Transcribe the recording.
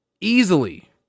easily